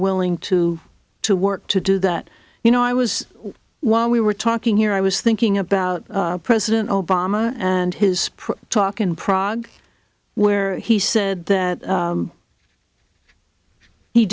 willing to to work to do that you know i was while we were talking here i was thinking about president obama and his talk in prague where he said that